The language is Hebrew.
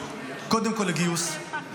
קודם כול לגיוס,